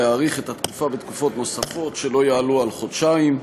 להאריך את התקופה בתקופות נוספות שלא יעלו על חודשיים.